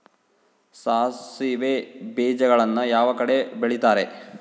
ಸಾಸಿವೆ ಬೇಜಗಳನ್ನ ಯಾವ ಕಡೆ ಬೆಳಿತಾರೆ?